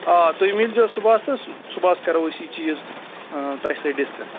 آ تُہۍ مِلۍزیو صُبحس تہٕ صُبحس کَرو أسۍ یہِ چیٖز تۄہہِ سۭتۍ ڈِسکَس